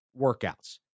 workouts